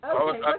Okay